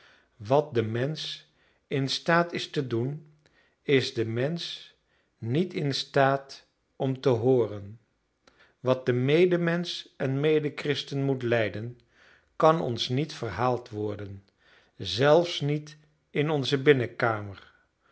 wat de mensch in staat is te doen is de mensch niet in staat om te hooren wat de medemensch en medechristen moet lijden kan ons niet verhaald worden zelfs niet in onze